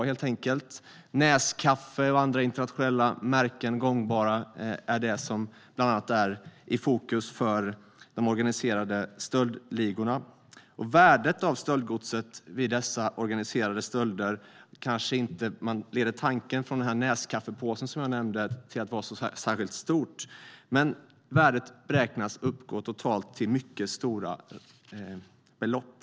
Bland annat Nescafé och andra gångbara internationella märken är det som är i fokus för de organiserade stöldligorna. Man kanske inte tror att värdet av stöldgodset vid dessa organiserade stölder av Nescafépåsar, som jag nämnde, är så stort, men värdet beräknas uppgå till totalt mycket stora belopp.